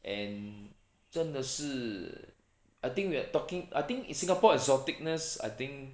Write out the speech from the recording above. and 真的是 I think we are talking I think in singapore exoticness I think